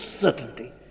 certainty